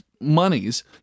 monies